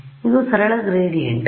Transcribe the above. ಆದ್ದರಿಂದ ಇದು ಸರಳ ಗ್ರೇಡಿಯಂಟ್